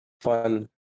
fun